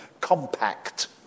compact